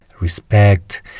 respect